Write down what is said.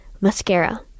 mascara